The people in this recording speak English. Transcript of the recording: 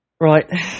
Right